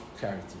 charity